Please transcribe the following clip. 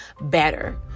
better